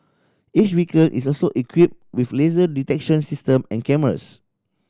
each vehicle is also equipped with laser detection system and cameras